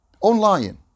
online